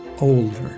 older